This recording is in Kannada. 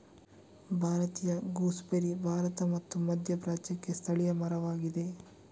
ಭಾರತೀಯ ಗೂಸ್ಬೆರ್ರಿ ಭಾರತ ಮತ್ತು ಮಧ್ಯಪ್ರಾಚ್ಯಕ್ಕೆ ಸ್ಥಳೀಯ ಮರವಾಗಿದೆ